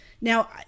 Now